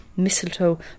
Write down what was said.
mistletoe